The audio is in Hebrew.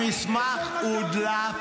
המסמך הודלף